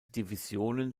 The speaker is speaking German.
divisionen